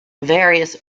various